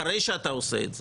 אחרי שאתה עושה את זה,